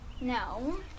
No